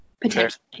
potentially